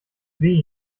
weh